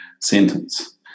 sentence